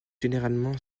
généralement